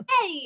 Hey